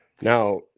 Now